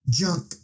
junk